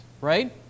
right